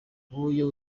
iyo